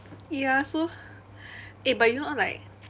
ya so eh but you know like